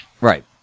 Right